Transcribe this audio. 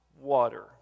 water